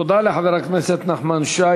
תודה לחבר הכנסת נחמן שי.